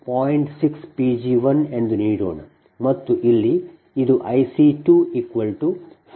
6P g1 ಎಂದು ನೀಡೋಣ ಮತ್ತು ಇಲ್ಲಿ ಇದು IC 2 4 0